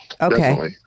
Okay